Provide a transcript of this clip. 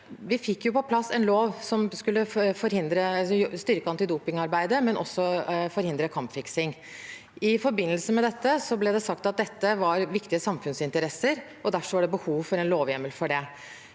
Vi fikk på plass en lov som skulle styrke antidopingarbeidet, men også forhindre kampfiksing. I forbindelse med det arbeidet ble det sagt at dette var viktige samfunnsinteresser, og derfor var det behov for en lovhjemmel for det.